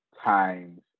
times